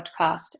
Podcast